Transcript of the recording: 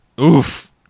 Oof